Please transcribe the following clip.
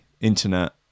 internet